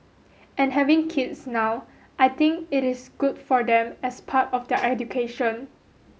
and having kids now I think it is good for them as part of their education